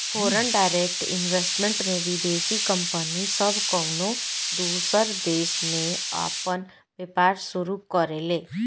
foreign direct investment में विदेशी company सब कउनो दूसर देश में आपन व्यापार शुरू करेले